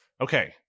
Okay